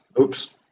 oops